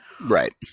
Right